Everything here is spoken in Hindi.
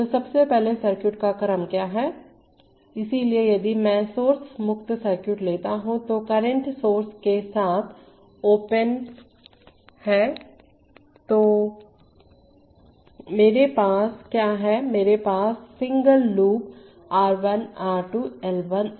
तोसबसे पहलेसर्किट का क्रम क्या है इसलिए यदि मैं सोर्स मुक्त सर्किट लेता हूं जो करंट सोर्स के साथ ओपन है तो मेरे पास क्या है मेरे पास single loop R1 R2 L1 L2 है